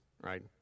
Right